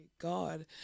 God